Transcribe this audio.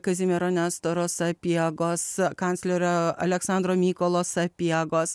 kazimiero nestoro sapiegos kanclerio aleksandro mykolo sapiegos